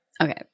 Okay